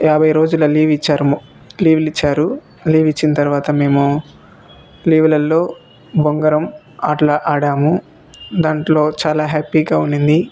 యాభై రోజుల లీవిచ్చారు లీవులు ఇచ్చారు లీవు ఇచ్చిన తర్వాత మేము లీవులల్లో బొంగరం ఆటలు ఆడాము దాంట్లో చాలా హ్యాపీగా ఉన్నింది